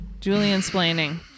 Julian-splaining